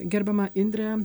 gerbiama indre